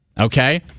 Okay